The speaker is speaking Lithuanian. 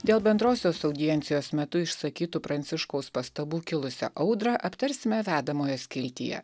dėl bendrosios audiencijos metu išsakytų pranciškaus pastabų kilusią audrą aptarsime vedamojo skiltyje